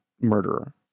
murderer